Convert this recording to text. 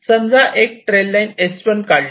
समजा एक trail line S1 काढली